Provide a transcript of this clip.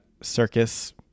circus